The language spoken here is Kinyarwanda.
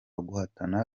guhatana